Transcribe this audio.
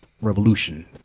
revolution